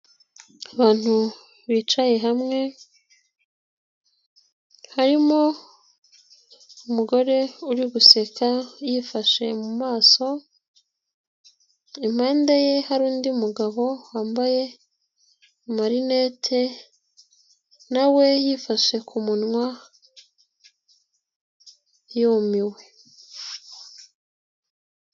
Abantu bicaye hamwe harimo umugore uri guseka yifashe mu maso, impande ye hari undi mugabo wambaye amarinete na we yifashe ku munwa yumiwe.